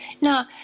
Now